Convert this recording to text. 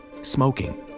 smoking